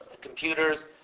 computers